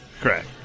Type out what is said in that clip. correct